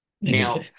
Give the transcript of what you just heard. Now